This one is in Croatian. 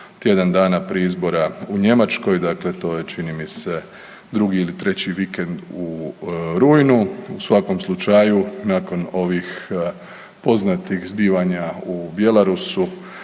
tjedan dana prije izbora u Njemačkoj, dakle to je čini mi se drugi ili treći vikend u rujnu. U svakom slučaju nakon ovih poznatih zbivanja u Bjelarusu